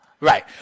Right